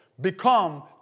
Become